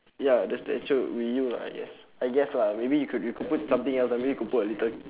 ya the statue would be you lah I guess I guess lah maybe you could you could put something else maybe you could put a little